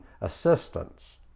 assistance